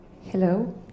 Hello